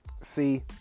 See